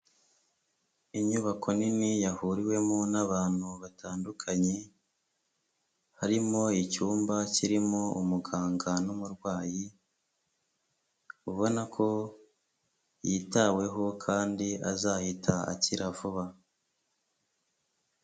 Inyubako nini yahuriwemo n'abantu batandukanye, harimo icyumba kirimo umuganga n'umurwayi, ubona ko yitaweho kandi azahita akira vuba.